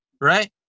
Right